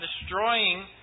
destroying